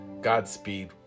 Godspeed